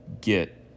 get